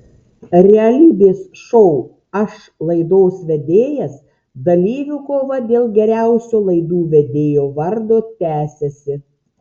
realybės šou aš laidos vedėjas dalyvių kova dėl geriausio laidų vedėjo vardo tęsiasi